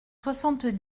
soixante